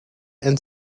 and